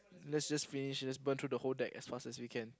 let's just finish let's burn through the whole deck as fast as we can